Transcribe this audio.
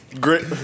Grit